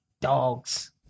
dogs